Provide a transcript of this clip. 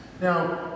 Now